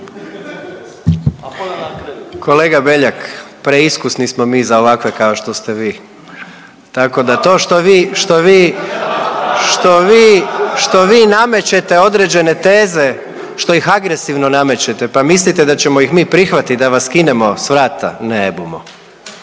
Kolega Beljak, preiskusni smo mi za ovakve kao što ste vi tako da to što vi, što vi, što vi, što vi namećete određene teze, što ih agresivno namećete pa mislite da ćemo ih mi prihvatiti da vas skinemo s vrata ne bumo.